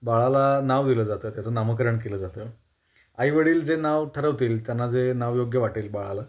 बाळाला नाव दिलं जातं त्याचं नामकरण केलं जातं आईवडील जे नाव ठरवतील त्यांना जे नाव योग्य वाटेल बाळाला